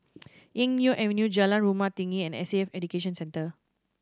Eng Neo Avenue Jalan Rumah Tinggi and S A F Education Centre